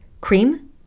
Cream